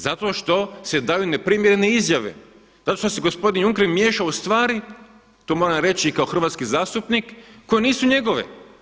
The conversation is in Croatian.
Zato što se daju neprimjerene izjave, zato što se gospodin Juncker miješa u stvari, to moram reći i kao hrvatski zastupnik koje nisu njegove.